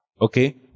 okay